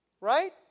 Right